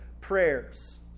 prayers